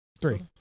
Three